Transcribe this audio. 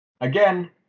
again